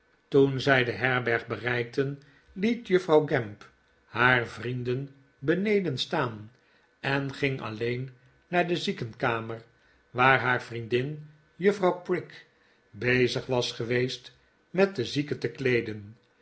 toen zij de herberg bereikten liet juffrouw gamp haar vrienden beneden staan en ging alleen naar de ziekenkamer waar haar vriendin juffrouw prig bezig was geweest met den zieke te kleeden